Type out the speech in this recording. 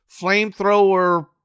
flamethrower